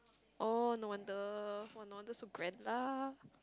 oh no wonder no wonder so grand lah